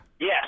Yes